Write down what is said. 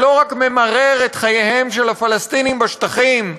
שלא רק ממרר את חייהם של הפלסטינים בשטחים,